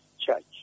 church